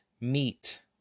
meat